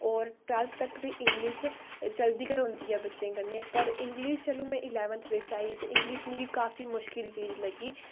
और टवैल्फ्थ तक ते इंगलिश चलदी गै रौंहदी ऐ बच्चे कन्नै पर इंगलिश जदूं में इलैवन्थ बिच आई ते इंगलिश मिगी काफी मुश्किल जेही लग्गी